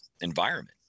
environment